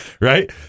Right